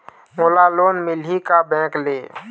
मोला लोन मिलही का बैंक ले?